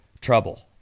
trouble